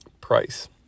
price